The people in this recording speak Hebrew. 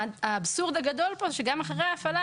האבסורד הגדול פה הוא שגם אחרי ההפעלה,